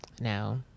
No